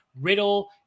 Riddle